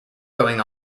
going